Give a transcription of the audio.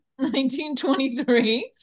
1923